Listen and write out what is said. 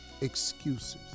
excuses